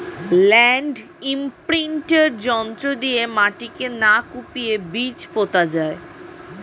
land imprinter যন্ত্র দিয়ে মাটিকে না কুপিয়ে বীজ পোতা যায়